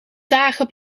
dagen